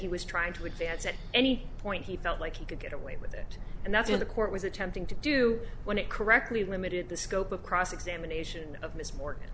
he was trying to advance at any point he felt like he could get away with it and that's where the court was attempting to do when it correctly limited the scope of cross examination of ms mor